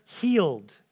healed